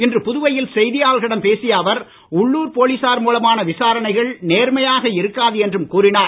இன்று புதுவையில் செய்தியாளர்களிடம் பேசிய அவர் உள்ளூர் போலீசார் மூலமான விசாரணைகள் நேர்மையாக இருக்காது என்றும் கூறினார்